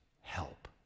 Help